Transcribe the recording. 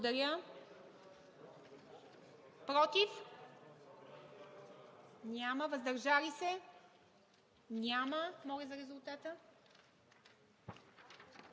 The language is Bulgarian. Благодаря Ви. Против? Няма. Въздържали се? Няма. Моля за резултата.